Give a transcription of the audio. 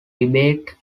debate